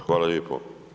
Hvala lijepo.